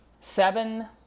seven